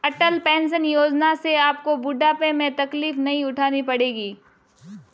अटल pension Yojana से आपको बुढ़ापे में तकलीफ नहीं उठानी पड़ेगी